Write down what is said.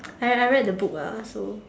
I I read the book ah so